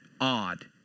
odd